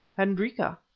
hendrika,